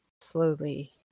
slowly